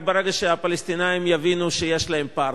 רק ברגע שהפלסטינים יבינו שיש להם פרטנר.